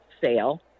sale